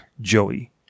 Joey